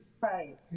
right